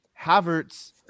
Havertz